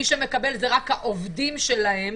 מי שמקבל זה רק העובדים שלהם.